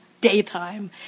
daytime